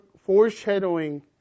foreshadowing